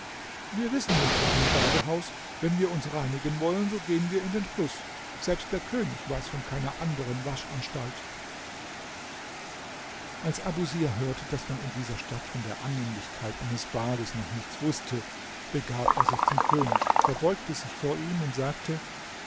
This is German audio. wir wissen nichts von einem badehaus wenn wir uns reinigen wollen so gehen wir in den fluß selbst der könig weiß von keiner anderen waschanstalt als abusir hörte daß man in dieser stadt von der annehmlichkeit eines bades noch nichts wußte begab er sich zum könig verbeugte sich vor ihm und sagte